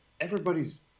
Everybody's